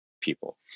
people